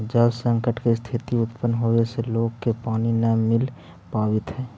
जल संकट के स्थिति उत्पन्न होवे से लोग के पानी न मिल पावित हई